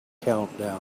countdown